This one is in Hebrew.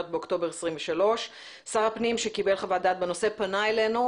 באוקטובר 2023. שר הפנים שקיבל חוות דעת בנושא פנה אלינו,